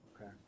Okay